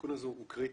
התיקון הזה הוא קריטי.